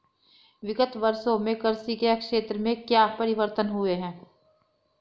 विगत वर्षों में कृषि के क्षेत्र में क्या परिवर्तन हुए हैं?